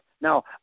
Now